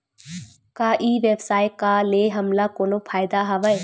का ई व्यवसाय का ले हमला कोनो फ़ायदा हवय?